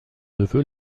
neveu